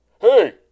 Hey